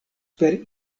per